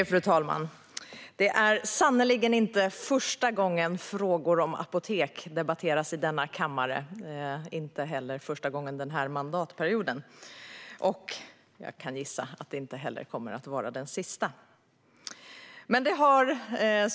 Fru talman! Det är sannerligen inte första gången frågor om apotek debatteras i denna kammare - inte heller första gången denna mandatperiod. Jag kan gissa att det inte heller kommer att vara den sista.